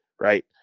right